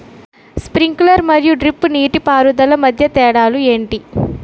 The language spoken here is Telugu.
స్ప్రింక్లర్ మరియు డ్రిప్ నీటిపారుదల మధ్య తేడాలు ఏంటి?